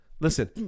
Listen